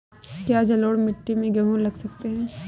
क्या जलोढ़ मिट्टी में गेहूँ लगा सकते हैं?